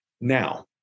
Now